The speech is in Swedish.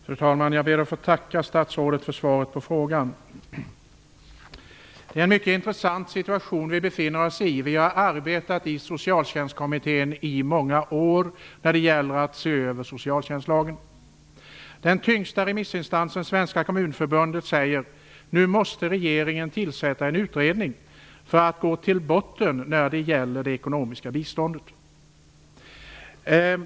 Fru talman! Jag ber att få tacka statsrådet för svaret på interpellationen. Vi befinner oss i en mycket intressant situation. Socialtjänstkommittén har arbetat i många år med att se över socialtjänstlagen. Den tyngsta remissinstansen, Svenska kommunförbundet, säger: Nu måste regeringen tillsätta en utredning för att gå till botten med frågan om det ekonomiska biståndet.